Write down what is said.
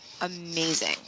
amazing